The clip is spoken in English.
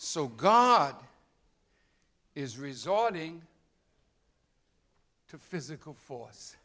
so god is resorting to physical force